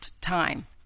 time